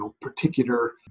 particular